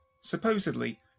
Supposedly